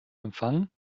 empfang